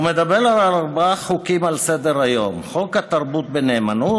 הוא מדבר על ארבעה חוקים על סדר-היום: חוק התרבות בנאמנות,